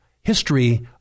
history